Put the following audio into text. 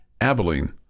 Abilene